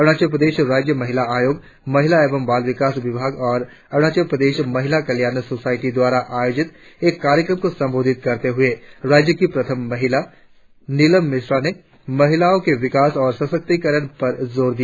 अरुनाचल प्रदेश राज्य महिला आयोग महिला एवं बल विकास विभाग और अरुणाचल प्रदेश महिला कल्याण सोसायटी द्वारा आयोजित एक कार्यक्रम को संबोधित करते हुए राज्य की प्रथम महिला निलम मिश्रा ने महिलाओं के बिकास और सश्त्तीकरण पर जोर दिया